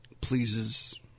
pleases